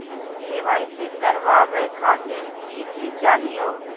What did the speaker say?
KYC करवावे खातीर कि कि चाहियो?